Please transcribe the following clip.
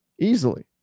easily